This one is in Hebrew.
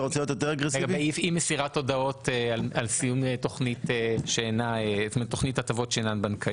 אי מסירת הודעות על סיום תוכנית הטבות שאינן בנקאיות.